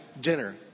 dinner